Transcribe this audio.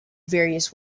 various